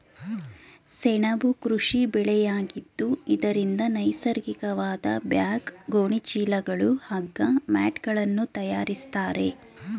ಸೆಣಬು ಕೃಷಿ ಬೆಳೆಯಾಗಿದ್ದು ಇದರಿಂದ ನೈಸರ್ಗಿಕವಾದ ಬ್ಯಾಗ್, ಗೋಣಿ ಚೀಲಗಳು, ಹಗ್ಗ, ಮ್ಯಾಟ್ಗಳನ್ನು ತರಯಾರಿಸ್ತರೆ